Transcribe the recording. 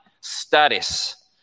status